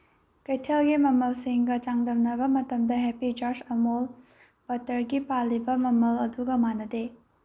ꯀꯩꯊꯦꯜꯒꯤ ꯃꯃꯜꯁꯤꯡꯒ ꯆꯥꯡꯗꯝꯅꯕ ꯃꯇꯝꯗ ꯍꯦꯄꯤ ꯖꯥꯔꯁ ꯑꯃꯨꯜ ꯕꯇꯔꯒꯤ ꯄꯥꯜꯂꯤꯕ ꯃꯃꯜ ꯑꯗꯨꯒ ꯃꯥꯟꯅꯗꯦ